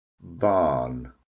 barn